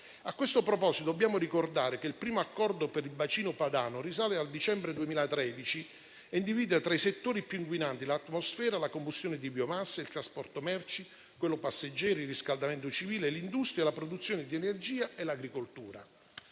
A questo proposito dobbiamo ricordare che il primo accordo per il bacino padano risale al dicembre 2013 e individua tra i settori più inquinanti per l'atmosfera la conduzione di biomasse, il trasporto merci, quello passeggeri, il riscaldamento civile, l'industria, la produzione di energia e l'agricoltura.